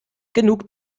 genug